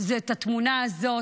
זה את התמונה הזאת,